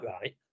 right